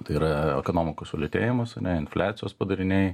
tai yra ekonomikos sulėtėjimas infliacijos padariniai